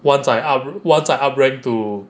once I up rank to